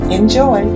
Enjoy